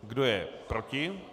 Kdo je proti?